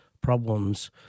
problems